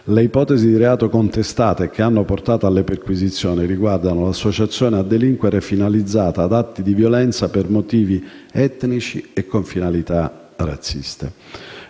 Le ipotesi di reato contestate e che hanno portato alle perquisizioni riguardano l'associazione a delinquere finalizzata ad atti di violenza per motivi etnici e con finalità razziste.